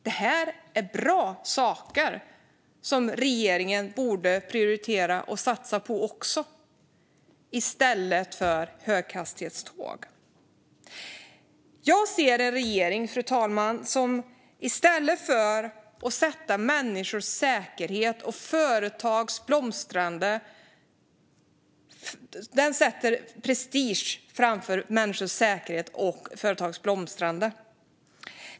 Detta är bra saker som regeringen också borde prioritera och satsa på i stället för höghastighetståg. Fru talman! Jag ser en regering som sätter prestige framför människors säkerhet och företags blomstrande.